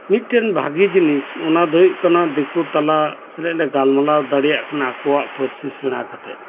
ᱢᱤᱫᱴᱮᱱ ᱵᱷᱟᱜᱤ ᱡᱤᱱᱤᱥ ᱚᱱᱟ ᱫᱚ ᱦᱩᱭᱩᱜ ᱠᱟᱱᱟ ᱫᱤᱠᱩ ᱛᱟᱞᱟ ᱥᱮᱞᱮᱫ ᱞᱮ ᱜᱟᱞᱢᱟᱨᱟᱣ ᱫᱟᱲᱮᱭᱟᱜ ᱠᱟᱱᱟ ᱟᱠᱚᱣᱟᱜ ᱯᱟᱨᱥᱤ ᱥᱮᱸᱬᱟ ᱠᱟᱛᱮᱫ